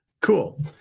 Cool